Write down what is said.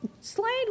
Slade